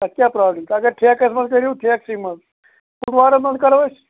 تَتھ کیٛاہ پرٛابلِم چھِ اگر ٹھیکس منٛز کٔرِو ٹھیکسٕے منٛز فُٹوارَس منٛز کَرو أسۍ